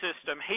system